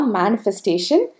manifestation